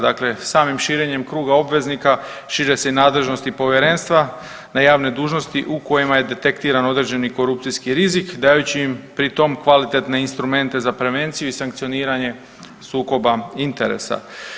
Dakle, samim širenjem kruga obveznika šire se nadležnosti povjerenstva na javnoj dužnosti u kojima je detektiran određeni korupcijski rizik dajući im pri tom kvalitetne instrumente za prevenciju i sankcioniranje sukoba interesa.